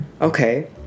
okay